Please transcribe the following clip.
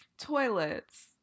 Toilets